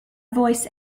voice